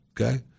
okay